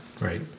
right